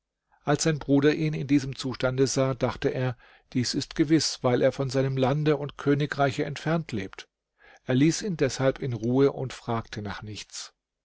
als sein bruder ihn in diesem zustande sah dachte er dies ist gewiß weil er von seinem lande und königreiche entfernt lebt er ließ ihn deshalb in ruhe und fragte nach nichts